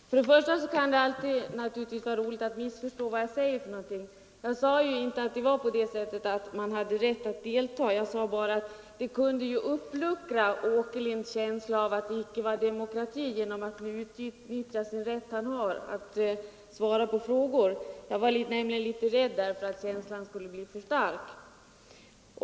Herr talman! Jag vill börja med att säga att det naturligtvis kan vara roligt att missförstå vad jag säger. Jag sade inte att man hade rätt att delta, utan bara att man kunde få en känsla av att det inte ansågs demokratiskt att utnyttja den rätt man har att svara på frågor. Jag var nämligen litet rädd för att den känslan skulle bli för stark.